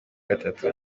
gatatu